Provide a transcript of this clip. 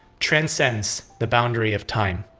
transcends the boundary of time.